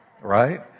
right